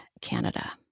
Canada